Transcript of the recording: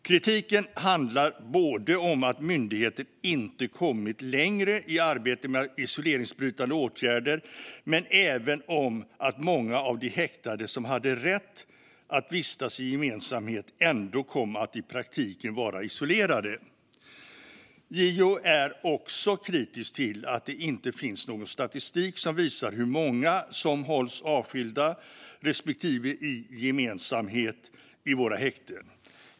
Kritiken handlar både om att myndigheten inte kommit längre i arbetet med isoleringsbrytande åtgärder och om att många de häktade som hade rätt att vistas i gemensamhet ändå kom att i praktiken vara isolerade. JO är också kritisk till att det inte finns någon statistik som visar hur många som hålls avskilda respektive i gemensamhet i våra häkten.